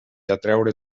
atraure